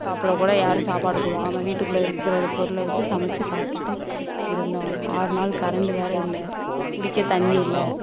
சாப்பிட கூட யாரும் சாப்பாடு கொடுக்காம வீட்டுக்குள்ளே இருக்கிற பொருளை வச்சு சமைச்சி சாப்பிட்டுட்டு இருந்தோம் ஆறு நாள் கரண்டு வேறு இல்லை குடிக்க தண்ணி இல்லை